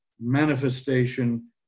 manifestation